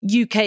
UK